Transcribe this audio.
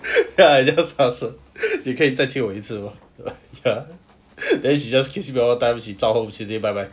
then I just ask her 你可以再亲我一次吗 ya then she just kiss me one more time she zao home she say bye bye